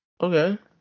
Okay